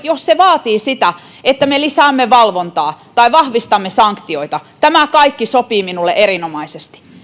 jos se vaatii sitä niin tämänkaltaiset toimet että me lisäämme valvontaa tai vahvistamme sanktioita kaikki sopivat minulle erinomaisesti